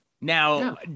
Now